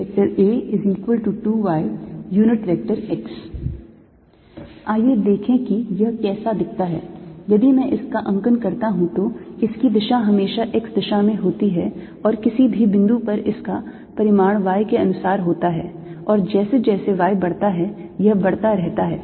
A2yx आइए देखें कि यह कैसा दिखता है यदि मैं इसका अंकन करता हूं तो इसकी दिशा हमेशा x दिशा में होती है और किसी भी बिंदु पर इसका परिमाण y के अनुसार होता है और जैसे जैसे y बढ़ता है यह बढ़ता रहता है